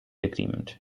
agreement